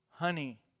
Honey